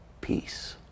peace